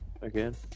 again